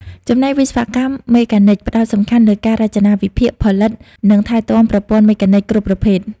ចំណែកវិស្វកម្មមេកានិច ផ្ដោតសំខាន់លើការ រចនា វិភាគ ផលិត និងថែទាំប្រព័ន្ធមេកានិច គ្រប់ប្រភេទ។